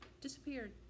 disappeared